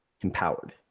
empowered